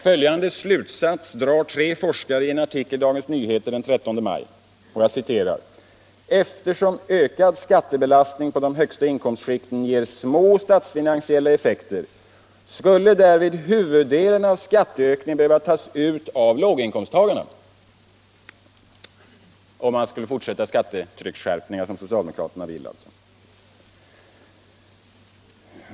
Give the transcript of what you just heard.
Följande slutsats drar tre forskare i en artikel i DN den 13 maj: ”Eftersom ökad skattebelastning på de högsta inkomstskikten ger små statsfinansiella effekter skulle därvid huvuddelen av skatteökningen behöva tas ut av låginkomsttagarna” — alltså om man skulle fortsätta skattetrycksskärpningarna såsom socialdemokraterna vill.